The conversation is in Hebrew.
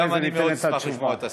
גם אני מאוד אשמח לשמוע את השר.